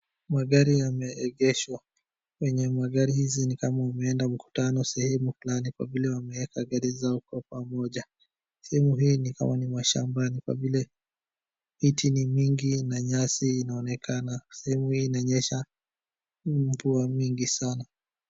Magari yameegeshwa, wenye magari hizi ni kama wameenda mkutano sehemu fulani kwa vile wameweka gari zao kwa pamoja. Sehemu hii ni kama ni mashambani kwa vile miti ni nyingi na nyasi inaonekana. Sehemu hii inanyesha mvua mingi sana.